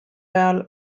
ajal